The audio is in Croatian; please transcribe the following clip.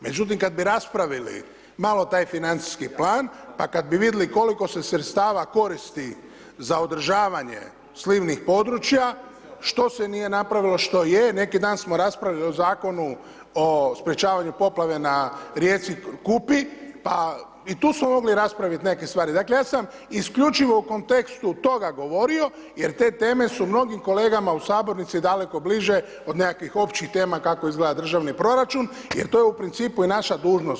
Međutim, kad bi raspravili malo taj financijski plan, pa kad bi vidjeli koliko se sredstava koristi za održavanje slivnih područja, što se nije napravilo, što je, neki dan smo raspravljali o zakonu o sprečavanju poplave na rijeci Kupi i tu smo mogli raspraviti neke stvari, dakle, ja sam isključivo u kontekstu toga govorio jer te teme su mnogim kolegama u Sabornici daleko bliže od nekakvih općih tema kako izgleda državni proračun jer to u principu je i naša dužnost.